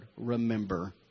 remember